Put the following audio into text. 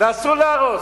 ואסור להרוס,